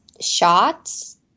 shots